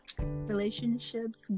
Relationships